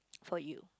for you